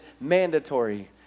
mandatory